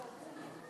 שלוש